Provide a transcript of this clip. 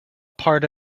part